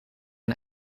een